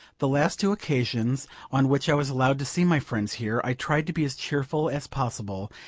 the last two occasions on which i was allowed to see my friends here, i tried to be as cheerful as possible,